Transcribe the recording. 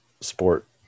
sport